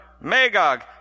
Magog